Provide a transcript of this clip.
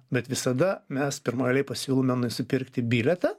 bet visada mes pirmoj eilėj pasiūlome nusipirkti bilietą